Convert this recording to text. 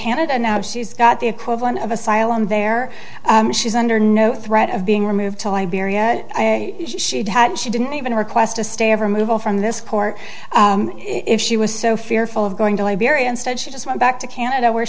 canada now she's got the equivalent of asylum there she's under no threat of being removed to liberia and she'd had she didn't even her quest to stay over move on from this court if she was so fearful of going to liberia instead she just went back to canada where